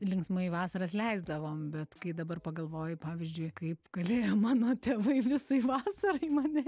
linksmai vasaras leisdavom bet kai dabar pagalvoji pavyzdžiui kaip galėjo mano tėvai visai vasarai mane